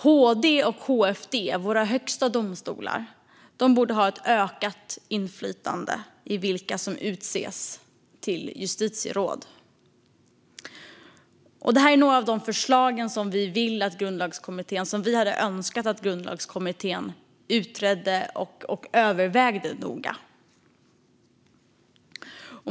HD och HFD, våra högsta domstolar, borde ha ett ökat inflytande när det gäller vilka som utses till justitieråd. Det här är några av förslagen som vi skulle önska att Grundlagskommittén utreder och överväger noga.